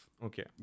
Okay